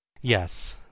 Yes